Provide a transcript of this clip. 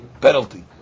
penalty